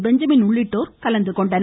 Benjamin உள்ளிட்டோர் கலந்துகொண்டனர்